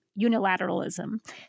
unilateralism